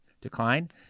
decline